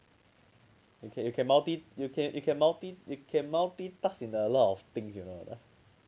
you can multi you can you can multi you can multitask in a lot of things you know or not